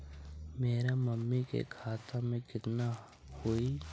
मेरा मामी के खाता में कितना हूउ?